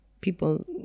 people